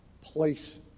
place